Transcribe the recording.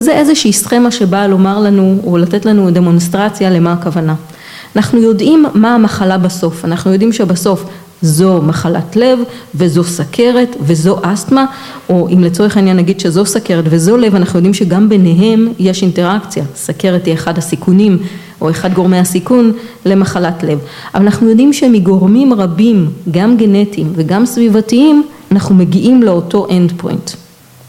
‫זו איזושהי סכמה שבאה לומר לנו ‫או לתת לנו דמונסטרציה למה הכוונה. ‫אנחנו יודעים מה המחלה בסוף. ‫אנחנו יודעים שבסוף ‫זו מחלת לב וזו סכרת וזו אסטמה, ‫או אם לצורך העניין נגיד ‫שזו סכרת וזו לב, ‫אנחנו יודעים שגם ביניהם ‫יש אינטראקציה. ‫סכרת היא אחד הסיכונים ‫או אחד גורמי הסיכון למחלת לב. ‫אבל אנחנו יודעים שמגורמים רבים, ‫גם גנטיים וגם סביבתיים, ‫אנחנו מגיעים לאותו END POINT.